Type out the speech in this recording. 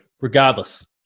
regardless